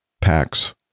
packs